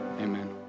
amen